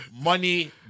Money